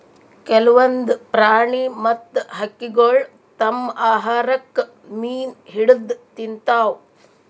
ಕೆಲ್ವನ್ದ್ ಪ್ರಾಣಿ ಮತ್ತ್ ಹಕ್ಕಿಗೊಳ್ ತಮ್ಮ್ ಆಹಾರಕ್ಕ್ ಮೀನ್ ಹಿಡದ್ದ್ ತಿಂತಾವ್